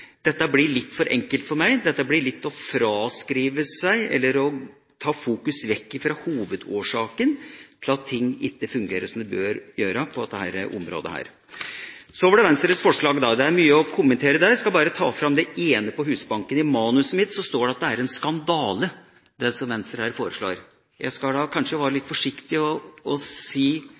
blir litt for enkelt for meg. Dette blir å ta fokus vekk fra hovedårsaken til at ting ikke fungerer som de bør gjøre på dette området. Så til Venstres forslag – det er mye å kommentere der. Jeg skal bare ta fram det ene om Husbanken. I manuset mitt står det at det som Venstre her foreslår, er en skandale. Jeg skal kanskje være litt forsiktig